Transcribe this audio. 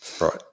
right